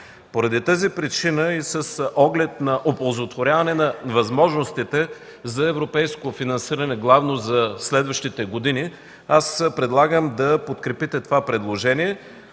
Поради тази причина и с оглед на оползотворяване на възможностите за европейско финансиране главно за следващите години предлагам да подкрепите това предложение,